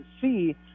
see